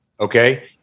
Okay